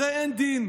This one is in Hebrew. הרי אין דין.